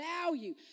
value